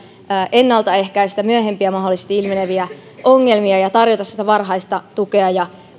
ennaltaehkäistä myöhempiä mahdollisesti ilmeneviä ongelmia ja tarjota sitä varhaista tukea ja